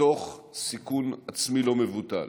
ותוך סיכון עצמי לא מבוטל.